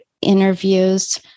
interviews